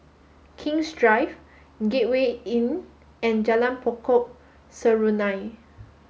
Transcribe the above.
King's Drive Gateway Inn and Jalan Pokok Serunai